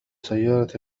سيارتي